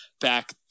back